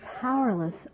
powerless